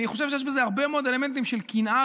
אני חושב שיש בזה הרבה מאוד אלמנטים של קנאה,